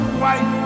white